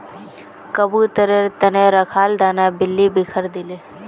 कबूतरेर त न रखाल दाना बिल्ली बिखरइ दिले